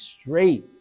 straight